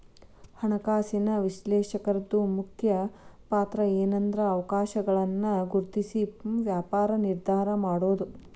ಹಣಕಾಸಿನ ವಿಶ್ಲೇಷಕರ್ದು ಮುಖ್ಯ ಪಾತ್ರಏನ್ಂದ್ರ ಅವಕಾಶಗಳನ್ನ ಗುರ್ತ್ಸಿ ವ್ಯಾಪಾರ ನಿರ್ಧಾರಾ ಮಾಡೊದು